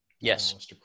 Yes